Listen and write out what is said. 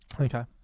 Okay